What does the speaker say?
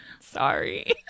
Sorry